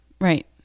right